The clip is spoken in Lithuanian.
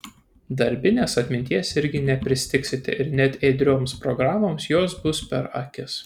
darbinės atminties irgi nepristigsite ir net ėdrioms programoms jos bus per akis